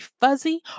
fuzzy